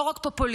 לא רק פופוליזם.